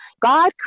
God